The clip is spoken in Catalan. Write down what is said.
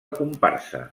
comparsa